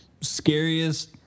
scariest